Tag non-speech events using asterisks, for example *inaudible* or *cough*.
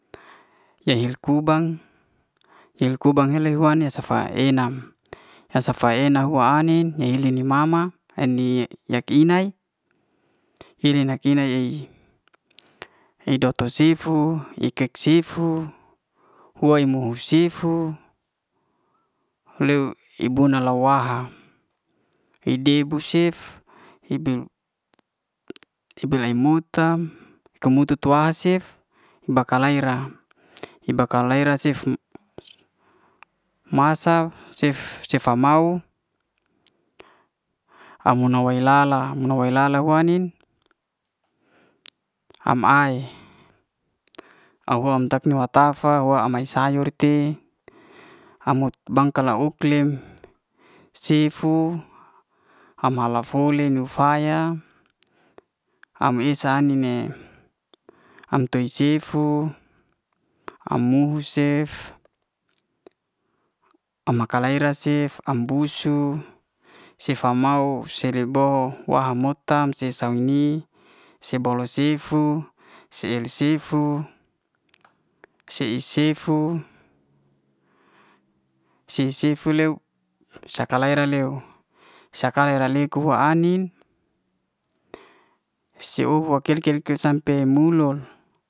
Ye'heli kubang, ye'heli kubang yal'wane saf e en'nam, ya safa en'nam wa ai'nin ye ely'ni mama eny yak'inai. ely nak kina ei i do to sifu, ikok sifu, huaimu sifu loy ibuna la wa'ha idi'bu cef *hesitation* ibe lai mutam ko mutu to a'sif iba kalai'ra. ibakalai'ra cef *hesitation* masal cef cef a mau ano'mo may la'la hu ai'nin am'ae nyuak ma tafa am may sayur tei, am ut'bangka la uklim sifu, ama lafoly'niuw faya am is ai'nine, am toi sifu, am moi cef, am maka'rai la cef, am busu sifa mau sely bo wa mo'tam si sam'nyi si bolu sifu, sil sifu, sei sifu si- si fu leuw saka lera'leuw, saka lera liku fu ai'nin, sel ou'fu kil- kil- kil sampe bul'loul